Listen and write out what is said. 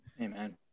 Amen